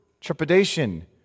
trepidation